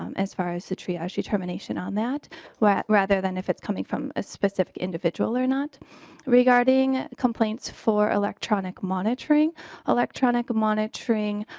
um as far as the tree actually termination on that but rather than if it's coming from a specific individual or not regarding complaints for electronic monitoring electronic monitoring.